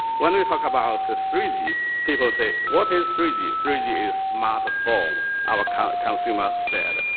when we talk about three g people say what is three g? three g is smartphone, our consumer said.